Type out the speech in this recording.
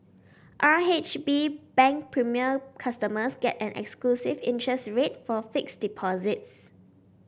R H B Bank Premier customers get an exclusive interest rate for fixed deposits